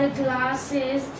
glasses